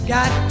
Got